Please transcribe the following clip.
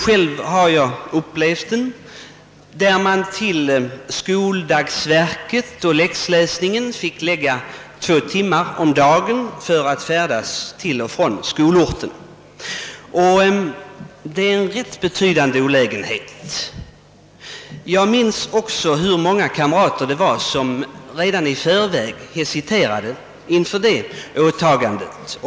Själv har jag upplevt den. Till skoldagsverket och läxläsningen fick man lägga två timmar om dagen för att färdas till och från skolorten. Det är en ganska betydande olägenhet. Jag minns också hur många kamrater det var som redan i förväg hesiterade inför det åtagandet.